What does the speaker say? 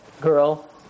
girl